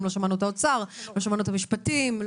לא שמענו את האוצר ואת המשפטים,